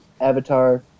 Avatar